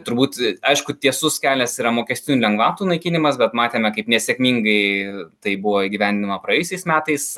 turbūt aišku tiesus kelias yra mokestinių lengvatų naikinimas bet matėme kaip nesėkmingai tai buvo įgyvendinama praėjusiais metais